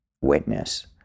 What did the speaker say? witness